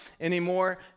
anymore